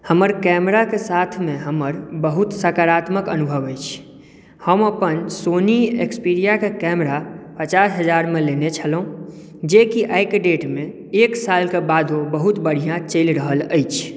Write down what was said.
हमर कैमराके साथमे हमर बहुत सकारात्मक अनुभव अछि हम अपन सोनी एक्सपीरिया के कैमरा पचास हजारमे लेने छलहुँ जे कि आइके डेट मे एक सालके बादो बहुत बढ़िऑं चलि रहल अछि